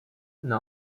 n’a